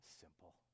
simple